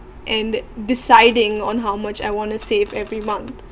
and deciding on how much I want to save every month